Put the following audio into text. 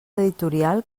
editorial